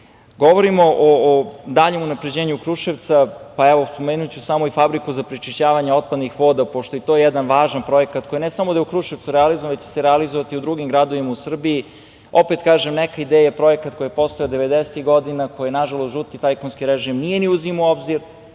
o daljem unapređenju Kruševca. Evo, spomenuću samo fabriku za prečišćavanja otpadnih voda, pošto je to jedan važan projekat koji ne samo da je u Kruševcu realizovan, već će se realizovati i u drugim gradovima u Srbiji. Opet kažem, neka ideja projekt koji je postojao 90-ih godina, koji, nažalost, žuti tajkunski režim nije ni uzimao u obzir,